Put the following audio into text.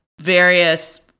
various